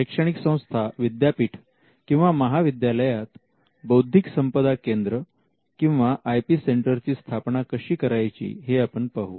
शैक्षणिक संस्था विद्यापीठ किंवा महाविद्यालयात बौद्धिक संपदा केंद्र किंवा आय पी सेंटर ची स्थापना कशी करायची हे आपण पाहू